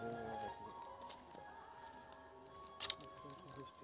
खरीफ के फसल वर्षा ऋतु के शुरुआत में अप्रैल से मई के बीच बौअल जायत छला